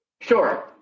Sure